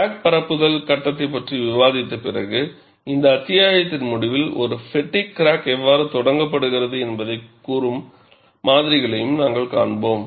crack பரப்புதல் கட்டத்தைப் பற்றி விவாதித்த பிறகு இந்த அத்தியாயத்தின் முடிவில் ஒரு ஃப்பெட்டிக் கிராக் எவ்வாறு தொடங்கப்படுகிறது என்பதைக் கூறும் மாதிரிகளையும் நாங்கள் காண்போம்